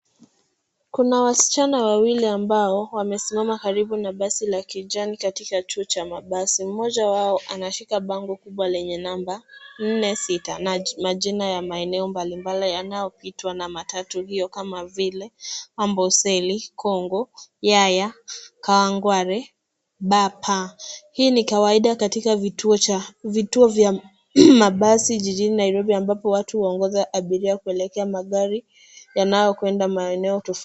Kuna wasichana wawili ambao wamesimama karibu na basi la kijani katika chuo cha mabasi. Mmoja wao anashika bango kubwa lenye namba nne sita na majina ya maeneo mbalimbali yanayopitwa na matatu hiyo kama vile Amboseli, Kongo, Yaya, Kawangware, BP. Hii ni kawaida katika vituo vya mabasi jijini Nairobi, ambapo watu huongoza abiria kuelekea magari wanaokwenda maeneo tofauti.